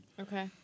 Okay